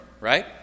right